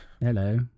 Hello